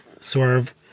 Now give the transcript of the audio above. Swerve